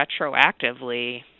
retroactively